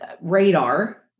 radar